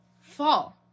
fall